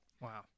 wow